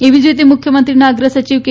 એવી જ રીતે મુખ્યમંત્રીના અગ્ર સચિવ કે